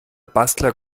bastler